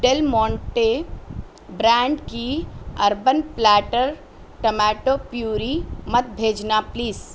deal Monte brand کی urban platter tomato puree مت بھیجنا پلیز